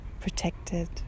Protected